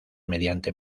mediante